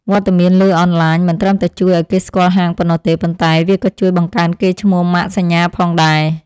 វត្តមានលើអនឡាញមិនត្រឹមតែជួយឱ្យគេស្គាល់ហាងប៉ុណ្ណោះទេ ប៉ុន្តែវាក៏ជួយបង្កើនកេរ្តិ៍ឈ្មោះម៉ាកសញ្ញាផងដែរ។